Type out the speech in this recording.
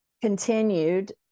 continued